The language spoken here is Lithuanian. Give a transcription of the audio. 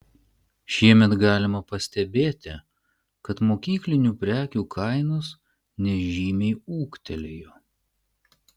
šiemet galima pastebėti kad mokyklinių prekių kainos nežymiai ūgtelėjo